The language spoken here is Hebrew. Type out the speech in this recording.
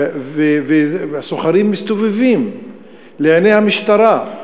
והסוחרים מסתובבים לעיני המשטרה.